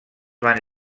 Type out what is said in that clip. van